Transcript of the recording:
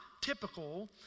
typical